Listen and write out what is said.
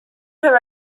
her